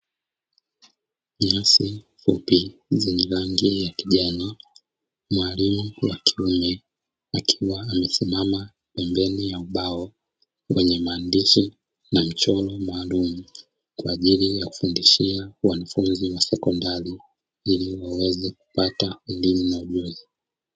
Nyasi fupi zenye rangi ya kijani, mwalimu wa kiume akiwa amesimama pembeni ya ubao wenye maandishi na mchoro maalumu, kwaajili ya kufundishia wanafunzi wa sekondari ili waweze kupata elimu na ujuzi.